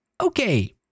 Okay